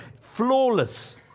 flawless